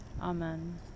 Amen